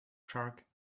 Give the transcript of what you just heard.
shark